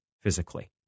physically